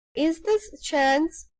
is this chance?